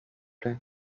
plait